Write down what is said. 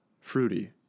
fruity